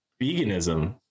veganism